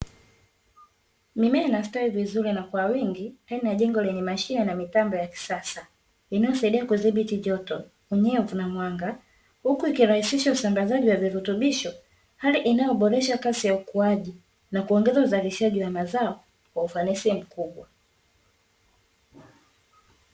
Mimea inastawi vizuri na kwa wingi ndani ya jengo lenye mashine na mitambo ya kisasa inayosaidia kudhibiti joto, unyevu na mwanga huku ikirahisisha usambazaji wa virutubisho, hali inayoboresha kasi ya ukuaji na kuongeza uzalishaji wa mazao kwa ufanisi mkubwa.